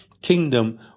kingdom